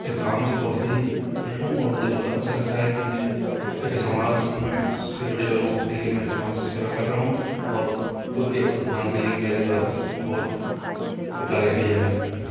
ये काम से बहुत ही खुश हूँ और मुझे बहुत अच्छा लगता है कि मैं एक सामज में से जुड़े लोगों के लिए मैं सामज सेवा कर रहा हूँ और उन के उत्थान के लिए मेरे द्वारा बहुत कार्य किए जा रहे हैं